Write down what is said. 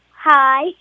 hi